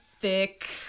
thick